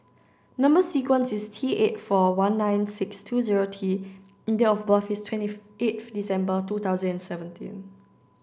number sequence is T eight four one nine six two zero T and date of birth is twenty eighth December two thousand and seventeen